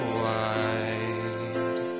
wide